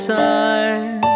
time